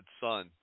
son